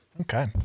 Okay